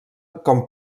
com